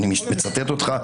ואני מצטט אותך,